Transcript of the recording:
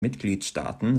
mitgliedstaaten